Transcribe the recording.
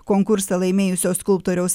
konkursą laimėjusio skulptoriaus